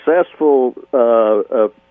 successful